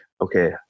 okay